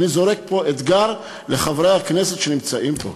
אני זורק פה אתגר לחברי הכנסת שנמצאים פה,